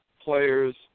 Players